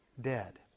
dead